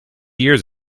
years